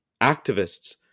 activists